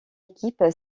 équipe